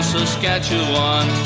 Saskatchewan